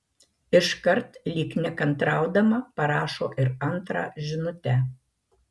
iškart lyg nekantraudama parašo ir antrą žinutę